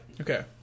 Okay